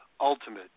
Ultimate